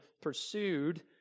pursued